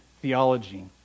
theology